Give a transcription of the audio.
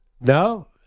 No